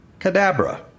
Cadabra